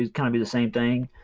kind of be the same thing.